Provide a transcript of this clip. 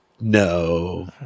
no